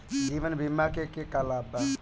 जीवन बीमा के का लाभ बा?